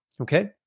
Okay